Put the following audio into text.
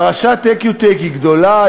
פרשת "איקיוטק" היא גדולה,